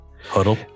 Huddle